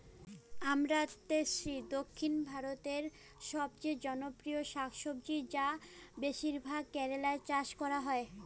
আমরান্থেইসি দক্ষিণ ভারতের সবচেয়ে জনপ্রিয় শাকসবজি যা বেশিরভাগ কেরালায় চাষ করা হয়